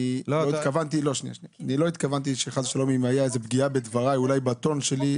אם היתה איזו פגיעה בדבריי או בטון שלי,